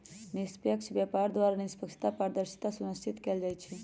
निष्पक्ष व्यापार द्वारा निष्पक्षता, पारदर्शिता सुनिश्चित कएल जाइ छइ